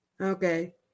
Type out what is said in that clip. Okay